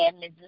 Ms